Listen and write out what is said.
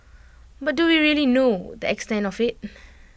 but do we really know the extent of IT